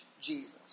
Jesus